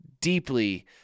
deeply